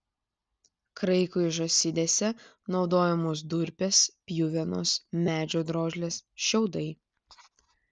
kraikui žąsidėse naudojamos durpės pjuvenos medžio drožlės šiaudai